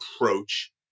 approach